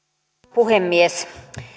puhemies